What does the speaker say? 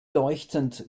leuchtend